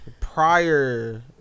Prior